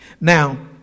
Now